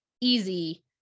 easy